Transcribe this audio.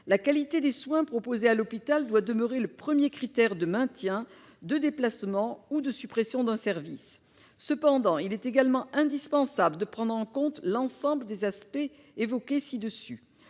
La qualité des soins proposés à l'hôpital doit demeurer le premier critère de maintien, de déplacement ou de suppression d'un service. Cependant, il est également indispensable de prendre en compte l'ensemble des aspects que je